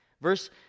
Verse